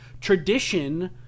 tradition